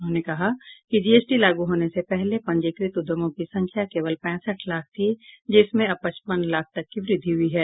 उन्होंने कहा कि जीएसटी लागू होने से पहले पंजीकृत उद्यमों की संख्या केवल पैंसठ लाख थी जिसमें अब पचपन लाख तक की वृद्धि हुई है